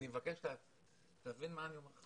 אני מבקש שתבין מה אני אומר לך.